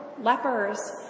lepers